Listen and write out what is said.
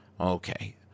Okay